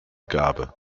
gabe